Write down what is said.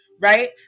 right